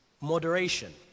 moderation